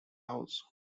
house